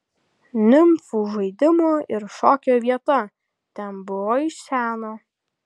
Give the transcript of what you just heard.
nimfų žaidimo ir šokio vieta ten buvo iš seno